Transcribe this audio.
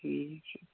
ٹھیٖک چھُ